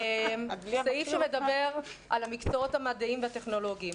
חשוב סעיף שמדבר על המקצועות המדעיים והטכנולוגיים.